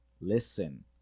listen